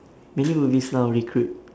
many movies now recruit